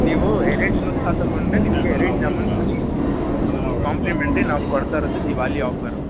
ನೀವು ಎರಡು ದೋಸೆ ತಕೊಂಡರೆ ನಿಮಗೆ ಎರಡು ಜಾಮೂನ್ ಫ್ರೀ ಕಾಂಪ್ಲಿಮೆಂಟ್ರಿ ನಾವು ಕೊಡ್ತಾ ಇರೊದು ದಿವಾಲಿ ಆಫರು